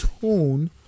tone